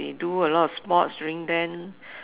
they do a lot of sports during then